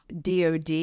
DOD